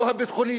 לא הביטחוני,